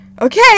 okay